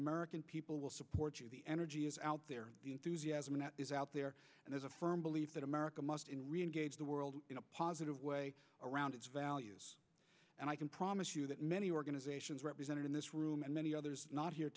american people will support you the energy is out there is out there and as a firm believe that america must in reengage the world in a positive way around its values and i can promise you that many organizations represented in this room and many others not here